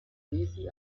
bici